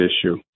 issue